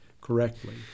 correctly